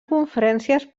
conferències